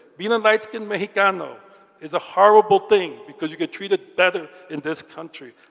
being a light skinned mexicano is a horrible thing because you get treated better in this country.